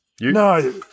No